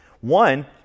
One